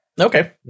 Okay